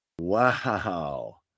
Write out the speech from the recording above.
Wow